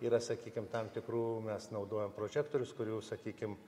yra sakykim tam tikrų mes naudojom prožektorius kurių sakykim